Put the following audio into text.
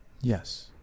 Yes